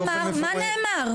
מה נאמר?